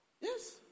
Yes